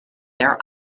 their